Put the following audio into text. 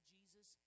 Jesus